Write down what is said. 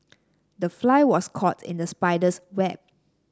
the fly was caught in the spider's web